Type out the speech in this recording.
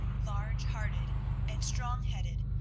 large-hearted and strong-headed,